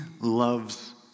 loves